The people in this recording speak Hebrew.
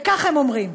וכך הם אומרים: